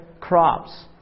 crops